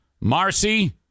Marcy